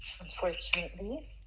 Unfortunately